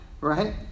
right